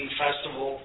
festival